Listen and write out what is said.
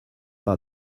par